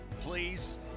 please